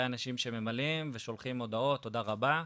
אנשים שממלאים ושולחים הודעות תודה רבה.